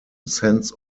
sense